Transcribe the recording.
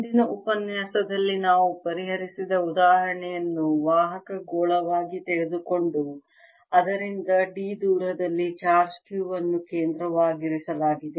ಹಿಂದಿನ ಉಪನ್ಯಾಸದಲ್ಲಿ ನಾವು ಪರಿಹರಿಸಿದ ಉದಾಹರಣೆಯನ್ನು ವಾಹಕ ಗೋಳವಾಗಿ ತೆಗೆದುಕೊಂಡು ಅದರಿಂದ d ದೂರದಲ್ಲಿ ಚಾರ್ಜ್ Q ಅನ್ನು ಕೇಂದ್ರವಾಗಿರಿಸಲಾಗಿದೆ